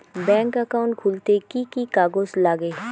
Bank account খুলতে কি কি কাগজ লাগে?